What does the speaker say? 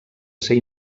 ser